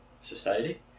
society